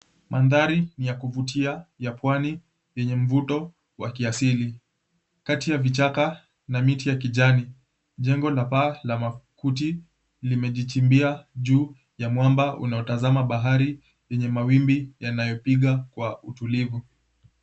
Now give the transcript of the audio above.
Mandhari ya kuvutia ya pwani lenye mvuto wa kiasili kati ya vichaka na miti ya kijani jengo la paa la makuti limejichimbua juu ya mwamba unaotazama bahari lenye mawimbi yanayopiga kwa utulivu.